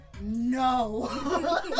no